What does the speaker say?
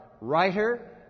writer